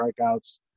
strikeouts